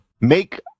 make